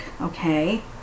Okay